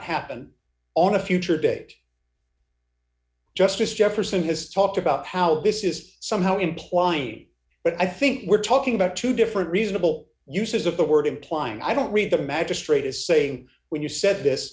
happen on a future date justice jefferson has talked about how this is somehow implying but i think we're talking about two different reasonable uses of the word implying i don't read the magistrate is saying when you said this